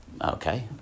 Okay